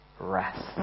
rest